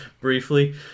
briefly